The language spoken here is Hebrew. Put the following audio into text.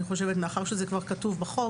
אני חושבת שמאחר וזה כבר כתוב בחוק